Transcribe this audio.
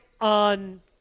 on